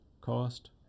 Cost